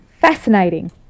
fascinating